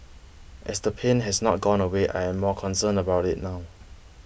as the pain has not gone away I am more concerned about it now